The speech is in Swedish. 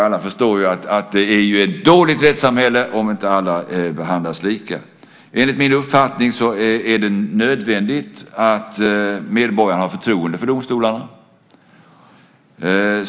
Alla förstår ju att det är ett dåligt rättssamhälle om inte alla behandlas lika. Enligt min uppfattning är det nödvändigt att medborgarna har förtroende för domstolarna.